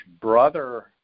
brother